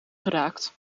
geraakt